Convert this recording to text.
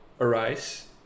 arise